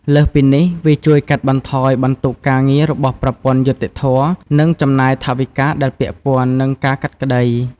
លើសពីនេះ វាជួយកាត់បន្ថយបន្ទុកការងាររបស់ប្រព័ន្ធយុត្តិធម៌ និងចំណាយថវិកាដែលពាក់ព័ន្ធ នឹងការកាត់ក្តី។